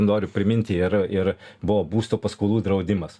noriu priminti ir ir buvo būstų paskolų draudimas